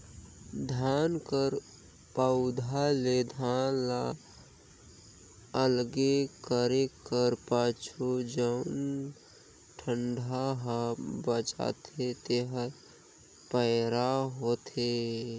धान कर पउधा ले धान ल अलगे करे कर पाछू जउन डंठा हा बांचथे तेहर पैरा होथे